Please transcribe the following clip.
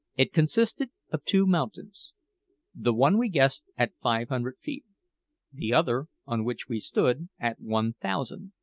it consisted of two mountains the one we guessed at five hundred feet the other, on which we stood, at one thousand.